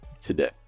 today